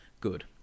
Good